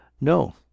No